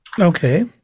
Okay